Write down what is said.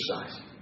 exercise